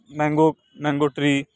mango mango tree